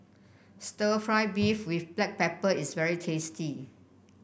stir fry beef with Black Pepper is very tasty